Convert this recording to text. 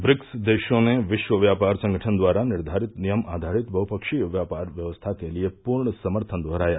BRICS देशों ने विश्व व्यापार संगठन द्वारा निर्घारित नियम आवारित बहुफ्कीय व्यापार व्यवस्था के लिए पूर्ण सम्थन दोहराया